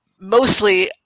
mostly –